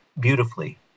beautifully